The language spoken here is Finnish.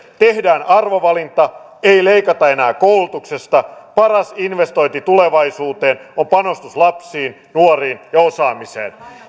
tehdään arvovalinta ei leikata enää koulutuksesta paras investointi tulevaisuuteen on panostus lapsiin nuoriin ja osaamiseen